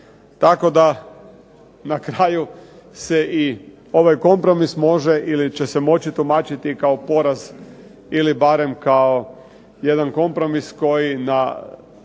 Tako da na kraju se i ovaj kompromis može ili će se moći tumačiti kao poraz ili barem kao jedan kompromis koji na